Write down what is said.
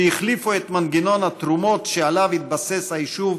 שהחליפו את מנגנון התרומות שעליו התבסס היישוב